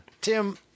Tim